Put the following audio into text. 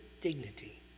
dignity